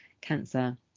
cancer